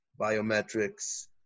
biometrics